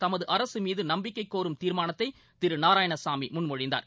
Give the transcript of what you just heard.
தமது அரசு மீது நம்பிக்கைக் கோரும் தீர்மானத்தை திரு நாராயணசாமி முன்மொழிந்தார்